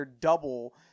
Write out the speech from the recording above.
double